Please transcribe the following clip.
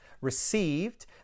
received